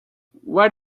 what